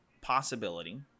possibility